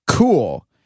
Cool